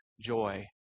joy